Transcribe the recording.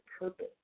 purpose